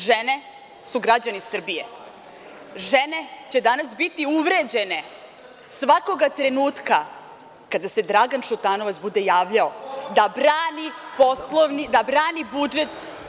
Žene su građani Srbije, žene će danas biti uvređene svakoga trenutka kada se Dragan Šutanovac bude javljao da brani budžet…